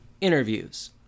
interviews